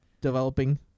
Developing